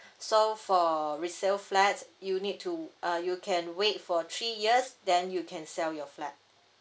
so for resale flat you need to uh you can wait for three years then you can sell your flat